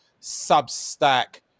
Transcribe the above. Substack